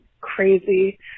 crazy